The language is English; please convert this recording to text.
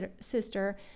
sister